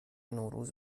نوروز